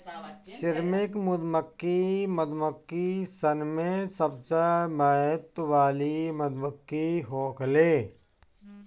श्रमिक मधुमक्खी मधुमक्खी सन में सबसे महत्व वाली मधुमक्खी होखेले